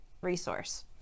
resource